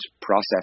process